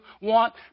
want